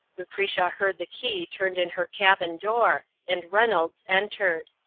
lucretia heard the key turned in her cabin door, and reynolds entered.